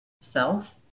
self